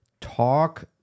Talk